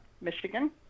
Michigan